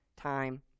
time